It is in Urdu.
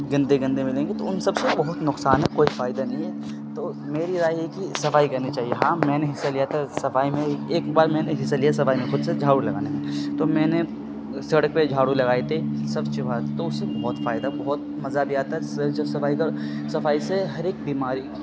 گندے گندے ملیں گے تو ان سب سے بہت نقصان ہے کوئی فائدہ نہیں ہے تو میری رائے یہ کہ صفائی کرنی چاہیے ہاں میں نے حصہ لیا تھا صفائی میں ایک بار میں نے حصہ لیا صفائی میں خود سے جھاڑو لگانے میں تو میں نے سڑک پہ جھاڑو لگائی تھی سوچھ بھارت تو اس سے بہت فائدہ بہت مزہ بھی آتا ہے جب صفائی کر صفائی سے ہر ایک بیماری